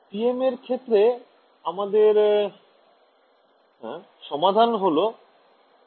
TM এর ক্ষেত্রে আমাদের সমাধান হল Hz থাকা